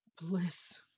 bliss